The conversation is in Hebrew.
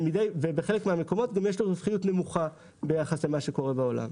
ובחלק מהמקומות גם יש לו רווחיות נמוכה ביחס למה שקורה בעולם.